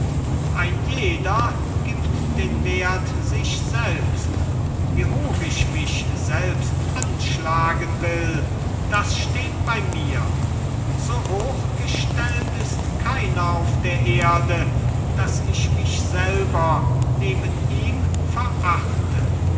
ein jeder gibt den wert sich selbst wie hoch ich mich selbst anschlagen will das steht bei mir so hochgestellt ist keiner auf der erde daß ich mich selber neben ihm verachte